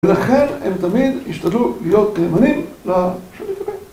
ולכן הם תמיד השתדלו להיות נאמנים לשם מקווה.